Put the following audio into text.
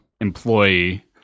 employee